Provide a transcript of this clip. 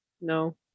no